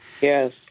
Yes